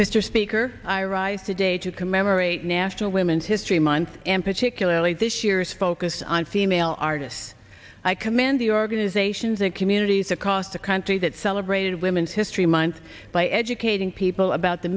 mr speaker i arrived today to commemorate national women's history month and particularly this year's focus on female artists i commend the organizations and communities across the country that celebrated women's history month by educating people about the